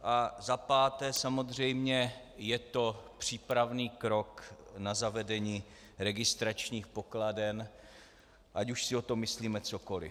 A za páté samozřejmě je to přípravný krok na zavedení registračních pokladen, ať už si tom myslíme cokoliv.